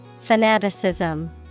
Fanaticism